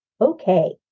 okay